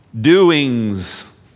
doings